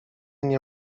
nie